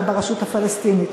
ברשות הפלסטינית,